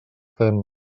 fem